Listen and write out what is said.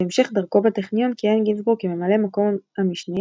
בהמשך דרכו בטכניון כיהן גינזבורג כממלא מקום המשנה